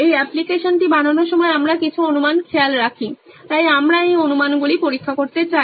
এই অ্যাপ্লিকেশনটি বানানোর সময় আমরা কিছু অনুমান খেয়াল রাখি তাই আমরা এই অনুমানগুলি পরীক্ষা করতে চাই